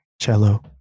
Cello